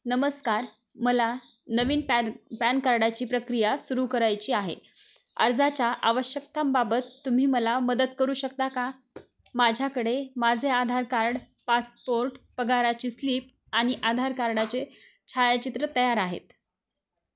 नमस्कार मला नवीन पॅन पॅन कार्डाची प्रक्रिया सुरू करायची आहे अर्जाच्या आवश्यकतांबाबत तुम्ही मला मदत करू शकता का माझ्याकडे माझे आधार कार्ड पासपोर्ट पगाराची स्लिप आणि आधार कार्डाचे छायाचित्र तयार आहेत